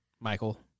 Michael